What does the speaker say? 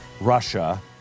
Russia